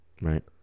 Right